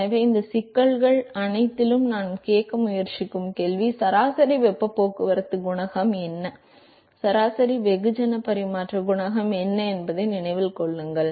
எனவே இந்த சிக்கல்கள் அனைத்திலும் நாம் கேட்க முயற்சிக்கும் கேள்வி சராசரி வெப்ப போக்குவரத்து குணகம் என்ன சராசரி வெகுஜன பரிமாற்ற குணகம் என்ன என்பதை நினைவில் கொள்ளுங்கள்